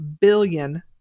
billion